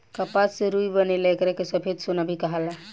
कपास से रुई बनेला एकरा के सफ़ेद सोना भी कहाला